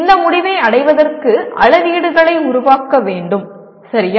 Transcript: இந்த முடிவை அடைவதற்கு அளவீடுகளை உருவாக்க வேண்டும் சரியா